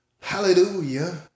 hallelujah